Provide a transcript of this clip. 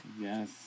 Yes